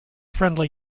friendly